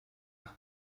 nach